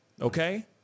Okay